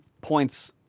points